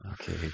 Okay